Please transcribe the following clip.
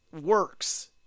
works